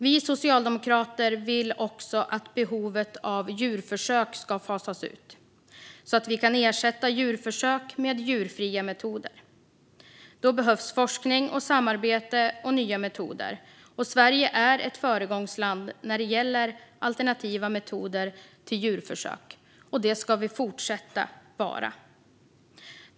Vi socialdemokrater vill också att behovet av djurförsök ska fasas ut så att vi kan ersätta djurförsök med djurfria metoder. Då behövs forskning och samarbete. Sverige är ett föregångsland när det gäller alternativa metoder till djurförsök, och det ska vi fortsätta vara.